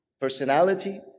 personality